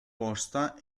posta